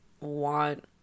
want